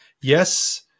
yes